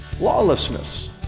lawlessness